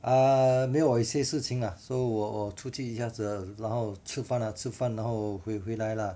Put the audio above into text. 啊没有一些事情啊所以我出去一下子然后吃饭啦吃饭然后回回来啦